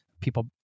people